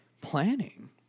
planning